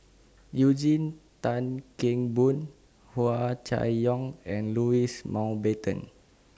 Eugene Tan Kheng Boon Hua Chai Yong and Louis Mountbatten